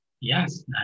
yes